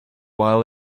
while